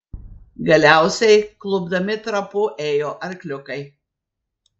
galiausiai klupdami trapu ėjo arkliukai